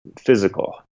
physical